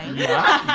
yeah.